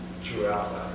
throughout